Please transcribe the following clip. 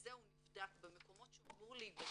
זה הוא נבדק במקומות שהוא אמור להיבדק,